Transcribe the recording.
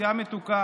השתייה המתוקה